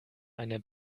eine